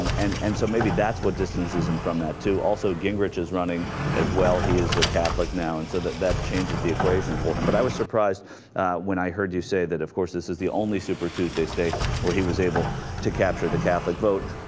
um and and so maybe that's what this is ism from that to also gingrich's running as well he is a catholic now and so that that changes the equation for him but i was surprised i heard you say that of course this is the only super tuesday states where he was able to capture the catholic vote